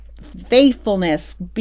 faithfulness